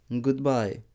Goodbye